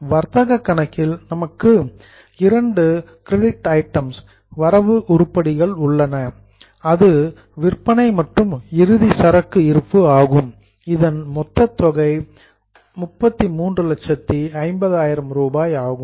வர்த்தக கணக்கில் நமக்கு இரண்டு கிரெடிட் ஐட்டம்ஸ் வரவு உருப்படிகள் உள்ளன அது விற்பனை மற்றும் இறுதி சரக்கு இருப்பு ஆகும் இதன் மொத்த தொகை 3350000 ஆகும்